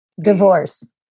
divorce